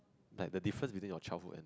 like the difference between your childhood and